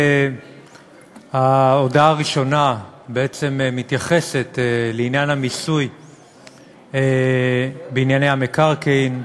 ההודעה הראשונה בעצם מתייחסת לעניין המיסוי בענייני המקרקעין.